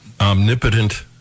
omnipotent